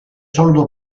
solido